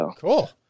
Cool